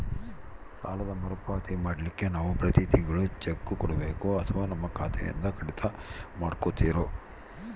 ಸಾಲದ ಮರುಪಾವತಿ ಮಾಡ್ಲಿಕ್ಕೆ ನಾವು ಪ್ರತಿ ತಿಂಗಳು ಚೆಕ್ಕು ಕೊಡಬೇಕೋ ಅಥವಾ ನಮ್ಮ ಖಾತೆಯಿಂದನೆ ಕಡಿತ ಮಾಡ್ಕೊತಿರೋ?